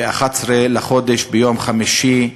ב-11 בחודש, ביום חמישי שאחריו.